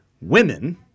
Women